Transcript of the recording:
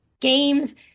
games